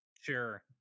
Sure